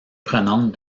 prenante